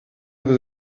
vous